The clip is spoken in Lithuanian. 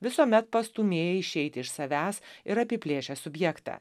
visuomet pastūmėja išeiti iš savęs ir apiplėšia subjektą